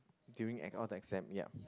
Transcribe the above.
during in all the exam yup